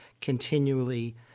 continually